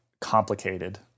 complicated